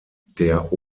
der